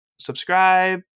Subscribe